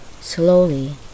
Slowly